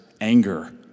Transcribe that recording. anger